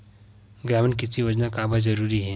ग्रामीण कृषि योजना काबर जरूरी हे?